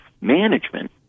Management